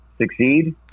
succeed